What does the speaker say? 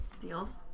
Deals